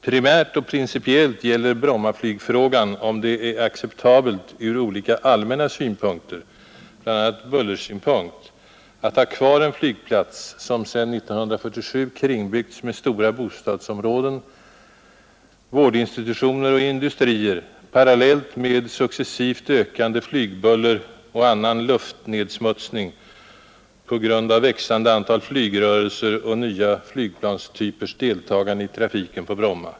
Primärt och principiellt gäller Brommaflygfrågan om det är acceptabelt från olika allmänna synpunkter, bl.a. bullersynpunkt, att ha kvar en flygplats som sedan 1947 kringbyggts med stora bostadsområden, vårdinstitutioner och industrier parallellt med successivt ökande flygbuller och annan luftnedsmutsning på grund av växande antal flygrörelser och nya flygplanstypers deltagande i trafiken på Bromma.